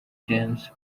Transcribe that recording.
james